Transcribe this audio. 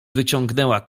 wyciągnęła